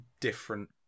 different